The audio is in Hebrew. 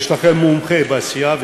יש לכם מומחה בסיעה,